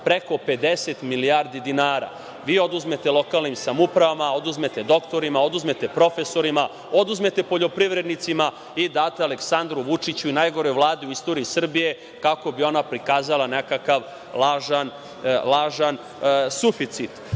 preko 50 milijardi dinara. Vi oduzmete lokalnim samoupravama, oduzmete doktorima, oduzmete profesorima, oduzmete poljoprivrednicima i date Aleksandru Vučiću i najgoroj Vladi u istoriji Srbije, kako bi ona prikazala nekakav lažan suficit. Možemo